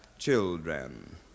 Children